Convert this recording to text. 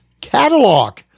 catalog